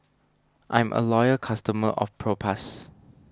I'm a loyal customer of Propass